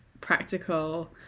practical